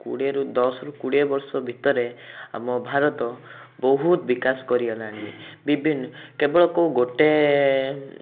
କୋଡ଼ିଏରୁ ଦଶରୁ କୋଡ଼ିଏ ବର୍ଷ ଭିତରେ ଆମ ଭାରତ ବହୁତ ବିକାଶ କରିଗଲାଣି ବିଭିନ୍ନ କେବଳ କେଉଁ ଗୋଟେ